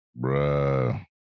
Bruh